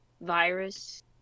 virus